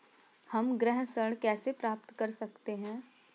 हम गृह ऋण कैसे प्राप्त कर सकते हैं?